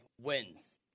wins